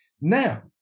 Now